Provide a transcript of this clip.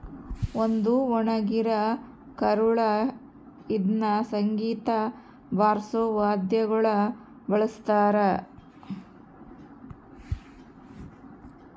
ಒಂದು ಒಣಗಿರ ಕರಳು ಇದ್ನ ಸಂಗೀತ ಬಾರ್ಸೋ ವಾದ್ಯಗುಳ ಬಳಸ್ತಾರ